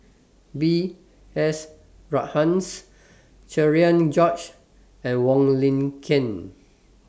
B S Rajhans Cherian George and Wong Lin Ken